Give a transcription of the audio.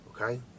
okay